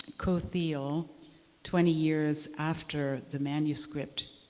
cothiel twenty years after the manuscript